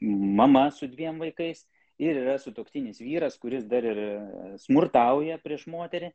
mama su dviem vaikais ir yra sutuoktinis vyras kuris dar ir smurtauja prieš moterį